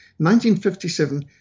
1957